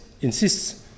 insists